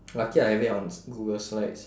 lucky I have it on google slides